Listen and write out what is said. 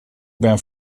ben